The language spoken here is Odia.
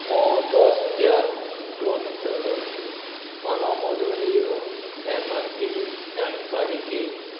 ମୁଁ ଦଶ ବ୍ୟାଗ୍ ପ୍ରୋ ନେଚର୍ ପାନମଧୁରୀର ଏମ୍ ଆର୍ ପି ଜାଣିପାରେ କି